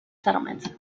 settlement